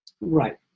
Right